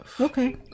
Okay